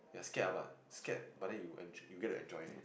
ya scared lah but scared but then you enj~ you get to enjoy it